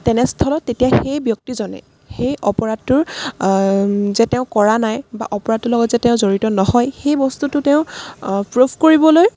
তেনেস্থলত তেতিয়া সেই ব্যক্তিজনে সেই অপৰাধটোৰ যে তেওঁ কৰা নাই বা অপৰাধটোৰ লগত যে তেওঁ জড়িত নহয় সেই বস্তুটো তেওঁ প্ৰুফ কৰিবলৈ